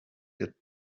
get